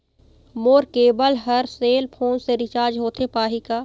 मोर केबल हर cell phone से रिचार्ज होथे पाही का?